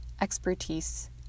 expertise